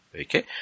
okay